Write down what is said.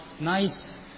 nice